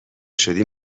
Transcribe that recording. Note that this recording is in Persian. شدی